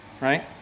right